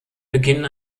beginn